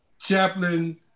chaplain